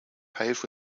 paved